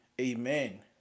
amen